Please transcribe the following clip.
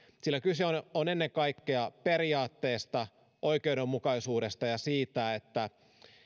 sillä kyse on ennen kaikkea periaatteesta oikeudenmukaisuudesta ja siitä että